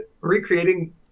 recreating